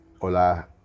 hola